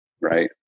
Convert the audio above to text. right